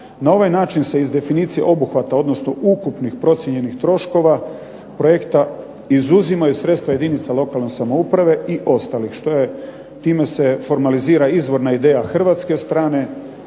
Na ovaj način se iz definicije obuhvata, odnosno ukupnih procijenjenih troškova projekta izuzimaju sredstva jedinica lokalne samouprave i ostalih, što je, time se formalizira izvorna ideja hrvatske strane